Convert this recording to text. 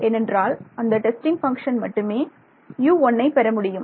ஏனென்றால் அந்த testing function மட்டுமே U1ஐ பெற முடியும்